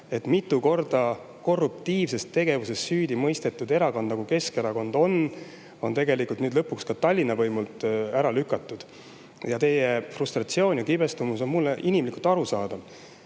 sest mitu korda korruptiivses tegevuses süüdi mõistetud erakond, Keskerakond, on nüüd lõpuks Tallinnas võimult ära lükatud. Teie frustratsioon ja kibestumus on mulle inimlikult arusaadav.